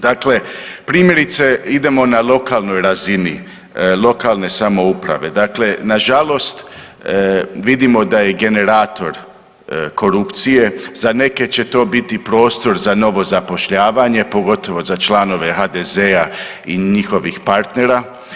Dakle, primjerice idemo na lokalnoj razini lokalne samouprave, dakle nažalost vidimo da je generator korupcije, za neke će to biti prostor za novo zapošljavanje, pogotovo za članove HDZ-a i njihovih partnera.